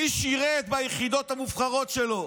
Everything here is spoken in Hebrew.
מי שירת ביחידות המובחרות שלו?